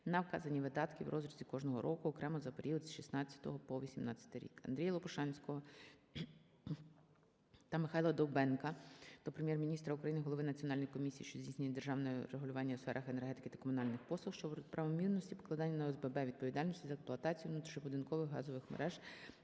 на вказані видатки в розрізі кожного року окремо за період з 2016 року по 2018 рік. АндріяЛопушанського та Михайла Довбенка до Прем'єр-міністра України, Голови Національної комісії, що здійснює державне регулювання у сферах енергетики та комунальних послуг щодо правомірності покладання на ОСББ відповідальності за експлуатацію внутрішньобудинкових газових мереж